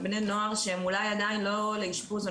בני נוער שהם אולי עדיין לא לאישפוז או